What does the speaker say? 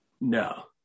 No